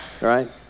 right